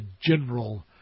general